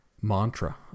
mantra